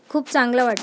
खूप चांगलं वाटेल